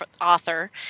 author